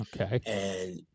Okay